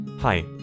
Hi